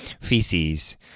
feces